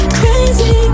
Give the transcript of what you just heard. crazy